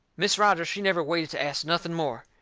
mis' rogers, she never waited to ast nothing more.